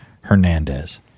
Hernandez